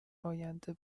آینده